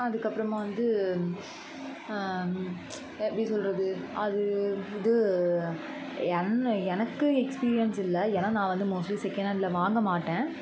அதுக்கப்புறமா வந்து எப்படி சொல்கிறது அது இது என் எனக்கு எக்ஸ்பீரியன்ஸ் இல்லை ஏன்னா நான் மோஸ்ட்லி செகண்ட் ஹேண்ட்ல வாங்கமாட்டேன்